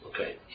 Okay